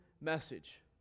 message